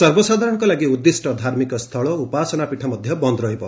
ସର୍ବସାଧାରଣଙ୍କ ଲାଗି ଉଦ୍ଦିଷ୍ ଧାର୍ମିକ ସ୍ଚଳ ଉପାସନା ପୀଠ ମଧ୍ଧ ବନ୍ଦ ରହିବ